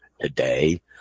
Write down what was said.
today